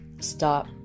Stop